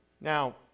Now